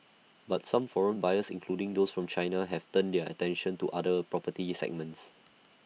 but some foreign buyers including those from China have turned their attention to other property segments